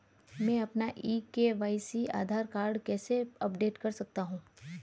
मैं अपना e KYC Aadhaar card कैसे अपडेट कर सकता हूँ?